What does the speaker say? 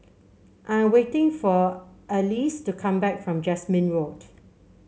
I'm waiting for Alyse to come back from Jasmine Road